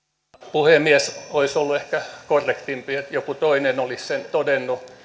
puhemies olisi ollut ehkä korrektimpaa että joku toinen olisi sen todennut